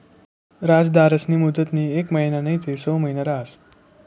याजदरस्नी मुदतनी येक महिना नैते सऊ महिना रहास